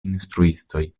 instruistoj